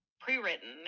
pre-written